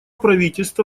правительство